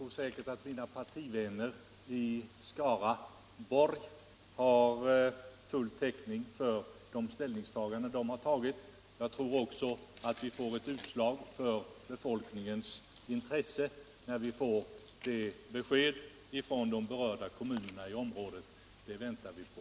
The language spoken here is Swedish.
Herr talman! Jag tror säkert att mina partivänner i Skaraborg har full täckning för sina ställningstaganden. Jag tror också att vi får ett utslag för befolkningens intresse när vi får det besked från de berörda kommunerna i området som vi väntar på.